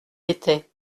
était